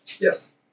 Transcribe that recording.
Yes